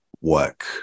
work